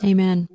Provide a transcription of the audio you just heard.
Amen